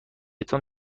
تان